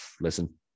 listen